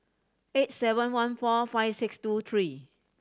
eight seven one four five six two three